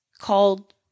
called